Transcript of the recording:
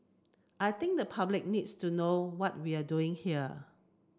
I think the public needs to know what we're doing here